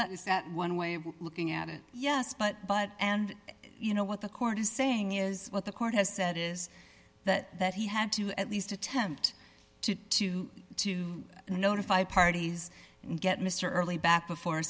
that is that one way of looking at it yes but but and you know what the court is saying is what the court has said is that he had to at least attempt to to to notify parties and get mr early back before